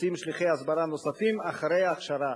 מוציאים שליחי הסברה נוספים אחרי הכשרה,